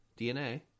DNA